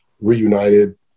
reunited